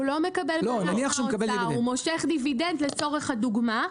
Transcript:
הוא מושך דיבידנד לצורך הדוגמה,